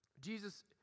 Jesus